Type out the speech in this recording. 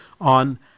on